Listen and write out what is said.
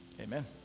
Amen